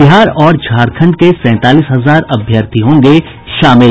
बिहार और झारंखड के सैंतालीस हजार अभ्यर्थी होंगे शामिल